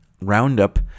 Roundup